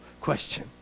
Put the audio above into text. question